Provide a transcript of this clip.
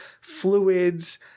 fluids